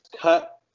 cut